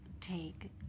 take